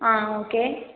ஆ okay